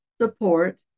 support